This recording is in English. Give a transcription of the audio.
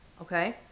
Okay